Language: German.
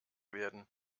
werden